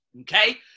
okay